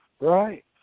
right